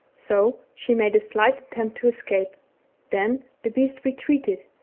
so she made a slight attempt to escape then the beast retreated,